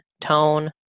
tone